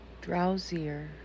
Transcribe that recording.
drowsier